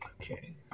Okay